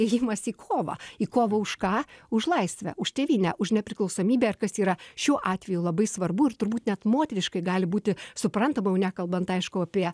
ėjimas į kovą į kovą už ką už laisvę už tėvynę už nepriklausomybę ar kas yra šiuo atveju labai svarbu ir turbūt net moteriškai gali būti suprantama jau nekalbant aišku apie